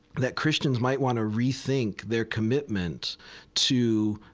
that christians might want to rethink their commitment to